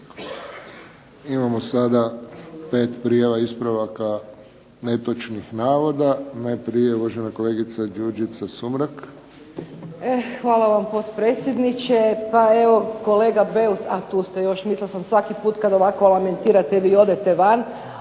Imamo sada 5 prijava ispravaka netočnih navoda. Najprije uvažena kolegica Đurđica Sumrak. **Sumrak, Đurđica (HDZ)** Hvala vam potpredsjedniče. Pa evo kolega Beus, a tu ste još, mislila sam svaki put kad ovako lamentirate vi odete van.